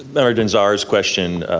bella dinh-zarr's question,